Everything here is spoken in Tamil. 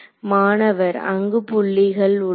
மாணவர்அங்கு புள்ளிகள் உள்ளது